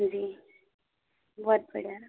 जी बहुत बढ़िया